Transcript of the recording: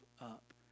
up